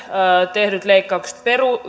tehdyt leikkaukset